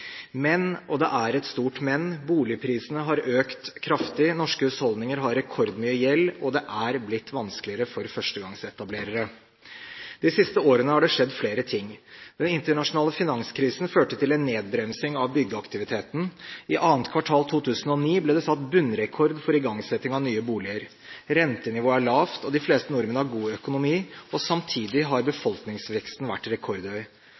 Men – og det er et stort men – boligprisene har økt kraftig, norske husholdninger har rekordmye gjeld, og det er blitt vanskeligere for førstegangsetablerere. De siste årene har det skjedd flere ting: Den internasjonale finanskrisen førte til en nedbremsing av byggeaktiviteten. I annet kvartal 2009 ble det satt bunnrekord for igangsetting av nye boliger. Rentenivået er lavt, og de fleste nordmenn har god økonomi, og samtidig har befolkningsveksten vært rekordhøy.